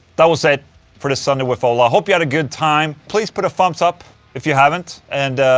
that was it for this sunday with ola. i hope you had a good time. please, put a thumbs up if you haven't and.